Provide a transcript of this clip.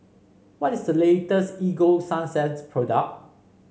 what is the latest Ego Sunsense product